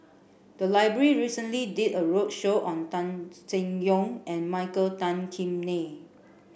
the library recently did a roadshow on Tan Seng Yong and Michael Tan Kim Nei